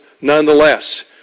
nonetheless